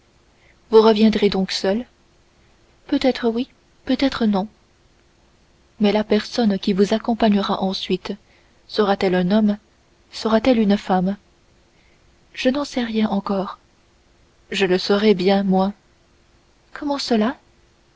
vous reviendrez donc seule peut-être oui peut-être non mais la personne qui vous accompagnera ensuite sera-t-elle un homme sera-t-elle une femme je n'en sais rien encore je le saurai bien moi comment cela